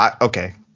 Okay